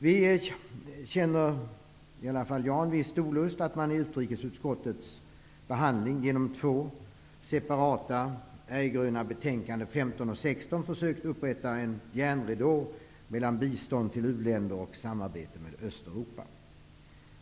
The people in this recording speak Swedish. Vi känner -- i alla fall jag -- en viss olust över att man vid utrikesutskottets behandling genom två separata betänkanden, nr 15 och nr 16, har försökt upprätta en järnridå mellan bistånd till u-länder och samarbete med Östeuropa.